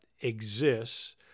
exists